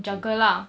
mm